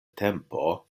tempo